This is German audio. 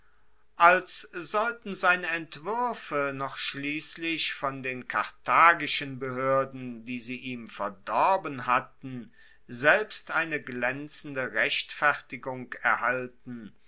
als sollten seine entwuerfe noch schliesslich von den karthagischen behoerden die sie ihm verdorben hatten selbst eine glaenzende rechtfertigung erhalten